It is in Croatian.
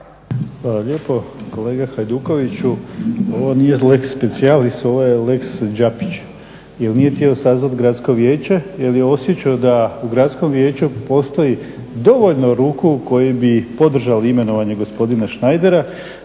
Hvala lijepo. Kolega Hajdukoviću, ovo nije lex specialis, ovo je lex Đapić jer nije htio sazvati Gradsko vijeće jer je osjećao da u Gradskom vijeću postoji dovoljno ruku koje bi podržale imenovanje gospodina Šnajdera,